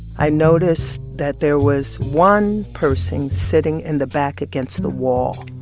i noticed that there was one person sitting in the back against the wall,